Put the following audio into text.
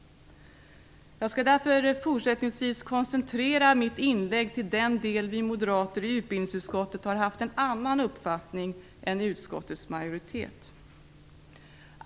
Jag skall därför fortsättningsvis koncentrera mitt inlägg till den del där vi moderater i utbildningsutskottet har haft en annan uppfattning är utskottets majoritet.